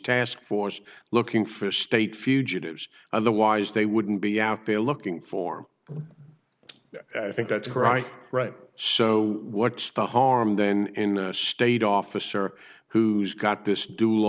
task force looking for state fugitives otherwise they wouldn't be out there looking for him i think that's right right so what's the harm then in a state officer who's got this dual